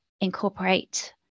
incorporate